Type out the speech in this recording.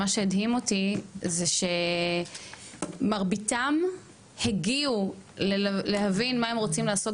מה שהדהים אותי זה שמרביתם הגיעו להבין מה הם רוצים לעשות